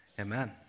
Amen